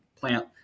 plant